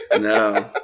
No